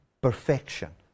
perfection